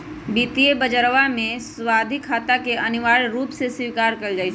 वित्तीय बजरवा में सावधि खाता के अनिवार्य रूप से स्वीकार कइल जाहई